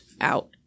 out